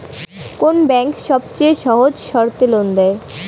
কোন ব্যাংক সবচেয়ে সহজ শর্তে লোন দেয়?